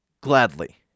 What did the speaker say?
gladly